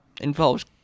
involves